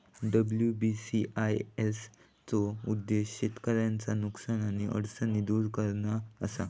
WBCIS चो उद्देश्य शेतकऱ्यांचा नुकसान आणि अडचणी दुर करणा असा